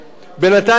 בינתיים יכולות להיות,